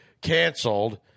canceled